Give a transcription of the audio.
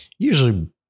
Usually